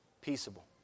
peaceable